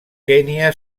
kenya